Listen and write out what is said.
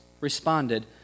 responded